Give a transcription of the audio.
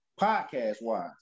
Podcast-wise